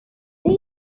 hair